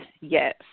Yes